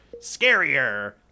scarier